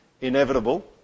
Inevitable